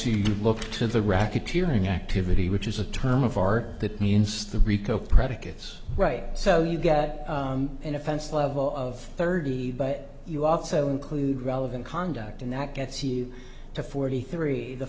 you look to the racketeering activity which is a term of art that means the rico predicates right so you get an offense level of thirty but you also include relevant conduct and that gets you to forty three the